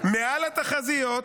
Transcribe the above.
מעל התחזיות